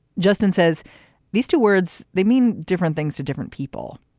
justin says these two words, they mean different things to different people.